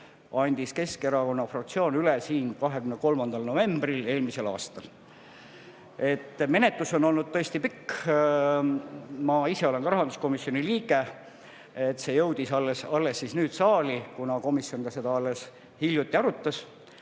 andis Keskerakonna fraktsioon üle siin 23. novembril eelmisel aastal. Menetlus on olnud pikk. Ma ise olen ka rahanduskomisjoni liige. [Eelnõu] jõudis alles nüüd saali, kuna komisjon seda alles hiljuti arutas.